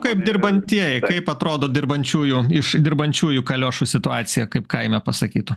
kaip dirbantieji kaip atrodo dirbančiųjų iš dirbančiųjų kaliošų situacija kaip kaime pasakytų